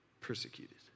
persecuted